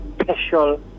special